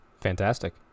Fantastic